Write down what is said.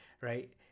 right